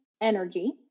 energy